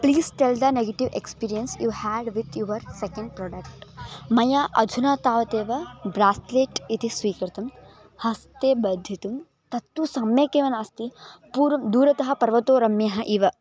please tell the negative experience you had with you had with your second product मया अधुना तावदेव bracelet इति स्वीकृतं हस्ते बद्धितुं तत्तु सम्यक् एव नास्ति पूर् दूरतः पर्वतो रम्यः इव